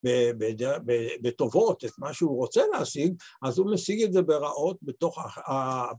‫בטובות, את מה שהוא רוצה להשיג, ‫אז הוא משיג את זה ברעות בתוך...